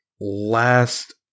last